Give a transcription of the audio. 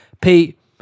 Pete